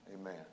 Amen